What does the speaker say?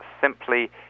simply